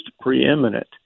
preeminent